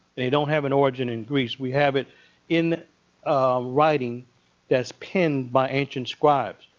they don't have an origin in greece. we have it in writing that's pinned by ancient scribes.